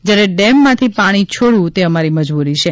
જ્યારે ડેમમાંથી પાણી છોડવું તે અમારી મજબુરી છે